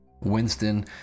winston